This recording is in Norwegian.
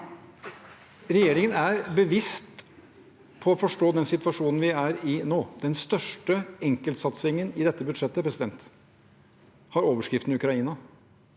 Regje- ringen er bevisst på å forstå den situasjonen vi er i nå. Den største enkeltsatsingen i dette budsjettet har overskriften Ukraina.